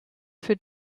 für